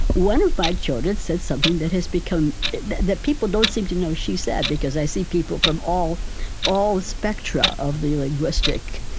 one of my children said something that has become that that people don't seem to know she said, because i see people from all all spectra of the linguistic